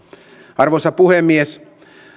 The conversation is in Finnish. arvoisa puhemies